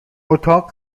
اتاق